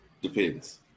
Depends